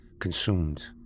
consumed